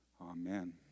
Amen